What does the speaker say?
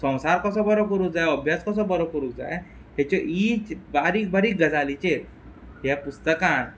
संवसार कसो बरो करूंक जाय अभ्यास कसो बरो करूंक जाय हेचेर इच बारीक बारीक गजालीचेर ह्या पुस्तकांत